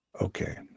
Okay